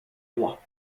rois